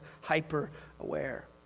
hyper-aware